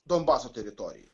donbaso teritorijoj